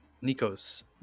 nico's